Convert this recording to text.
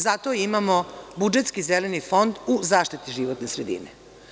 Zato imamo budžetski Zeleni fond u zaštiti životne sredine.